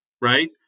right